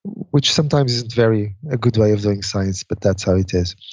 which sometimes isn't very a good way of doing science, but that's how it is.